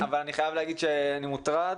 אבל אני חייב להגיד שאני מוטרד.